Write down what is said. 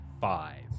Five